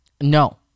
No